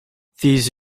these